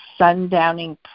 sundowning